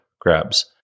grabs